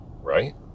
Right